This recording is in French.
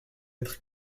être